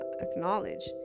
acknowledge